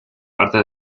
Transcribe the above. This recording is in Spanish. parte